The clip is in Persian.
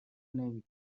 نمی